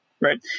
Right